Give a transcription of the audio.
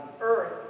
earth